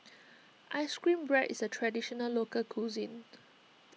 Ice Cream Bread is a Traditional Local Cuisine